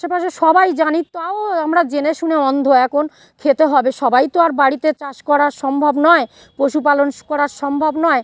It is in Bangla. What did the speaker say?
আশেপাশে সবাই জানে তাও আমরা জেনে শুনে অন্ধ এখন খেতে হবে সবাই তো আর বাড়িতে চাষ করা সম্ভব নয় পশুপালন করা সম্ভব নয়